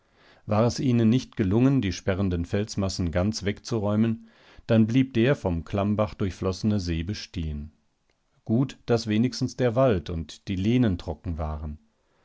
war es ihnen nicht gelungen die sperrenden felsmassen ganz wegzuräumen dann blieb der vom klammbach durchflossene see bestehen gut daß wenigstens der wald und die lehnen trocken waren